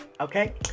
Okay